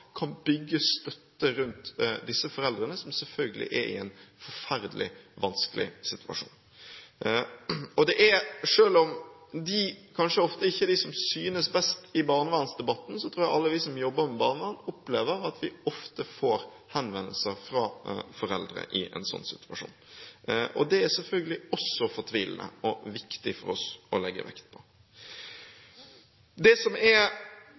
kan bygge støtte rundt disse foreldrene, som selvfølgelig er i en forferdelig vanskelig situasjon. Selv om det kanskje ofte ikke er dem som synes mest i barnevernsdebatten, tror jeg alle vi som jobber med barn, ofte opplever at vi får henvendelser fra foreldre i en slik situasjon. Det er selvfølgelig også fortvilende – og viktig for oss å legge vekt på. Det som er